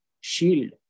shield